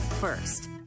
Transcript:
first